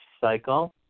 cycle